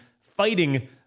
fighting